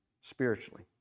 spiritually